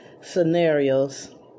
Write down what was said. scenarios